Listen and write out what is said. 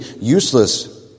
useless